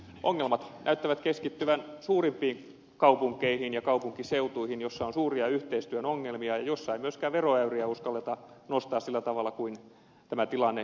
ongelmat näyttävät keskittyvän suurimpiin kaupunkeihin ja kaupunkiseutuihin joissa on suuria yhteistyön ongelmia ja joissa ei myöskään veroäyriä uskalleta nostaa sillä tavalla kuin tämä tilanne edellyttäisi